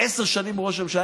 עשר שנים הוא ראש ממשלה,